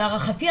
להערכתי,